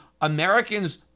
Americans